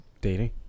Dating